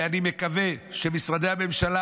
ואני מקווה שמשרדי הממשלה,